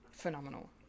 phenomenal